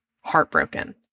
heartbroken